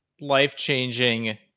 life-changing